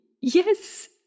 Yes